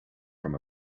from